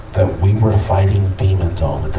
that we were fighting demons all the